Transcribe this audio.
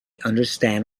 understand